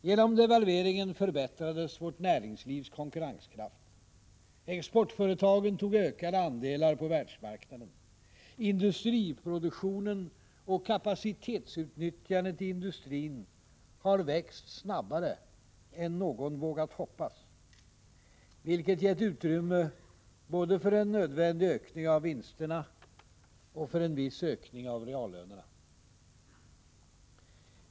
Genom devalveringen förbättrades vårt näringslivs konkurrenskraft. Exportföretagen tog ökade andelar på världsmarknaden. Industriproduktionen och kapacitetsutnyttjandet i industrin har växt snabbare än någon vågat hoppas, vilket gett utrymme både för en nödvändig ökning av vinsterna och för en viss ökning av reallönerna.